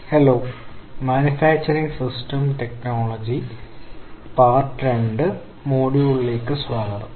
hello ഈ manufacturing systems technology part രണ്ട് മൊഡ്യൂളിലേക്ക് സ്വാഗതം